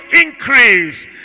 increase